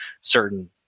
certain